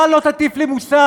אתה לא תטיף לי מוסר.